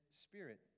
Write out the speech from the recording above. Spirit